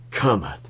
cometh